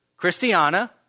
Christiana